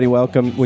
welcome